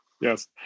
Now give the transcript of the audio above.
Yes